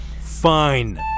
Fine